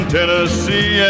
Tennessee